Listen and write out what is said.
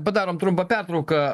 padarom trumpą pertrauką